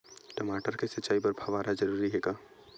टमाटर के सिंचाई बर फव्वारा जरूरी हे का?